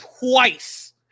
twice